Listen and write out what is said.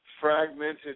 fragmented